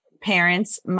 parents